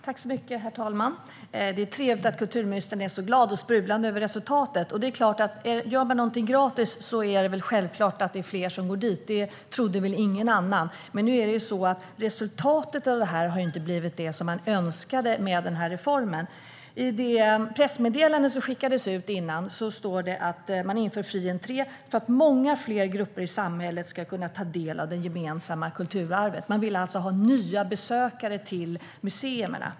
Herr talman! Det är trevligt att kulturministern är så glad och sprudlande över resultatet. Gör man ett besöksmål gratis är det väl självklart att det är fler som går dit. Ingen trodde väl annat. Men resultatet av det har inte blivit det som man önskade med den här reformen. I det pressmeddelande som skickades ut före genomförandet står det att man inför fri entré för att många fler grupper i samhället ska kunna ta del av det gemensamma kulturarvet. Man vill alltså ha nya besökare till museerna.